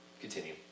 continue